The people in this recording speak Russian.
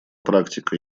практика